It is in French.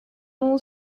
nom